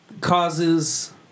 causes